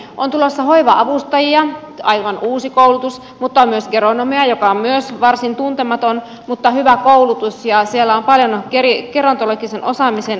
on tulossa hoiva avustajia aivan uusi koulutus mutta on myös geronomeja joka on myös varsin tuntematon mutta hyvä koulutus ja on paljon gerontologisen osaamisen ammattilaisia